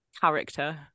character